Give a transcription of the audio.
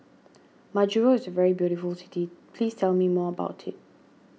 Majuro is a very beautiful city please tell me more about it